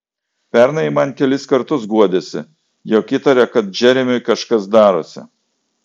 pernai ji man kelis kartus guodėsi jog įtaria kad džeremiui kažkas darosi